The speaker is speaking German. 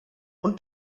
und